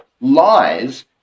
lies